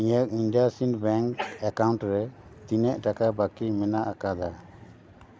ᱤᱧᱟᱜ IndusInd bank account ᱨᱮ ᱛᱤᱱᱟᱹᱜ ᱴᱟᱠᱟ ᱵᱟᱹᱠᱤ ᱢᱮᱱᱟᱜ ᱟᱠᱟᱫᱟ